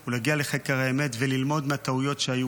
הוא להגיע לחקר האמת וללמוד מהטעויות שהיו